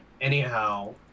anyhow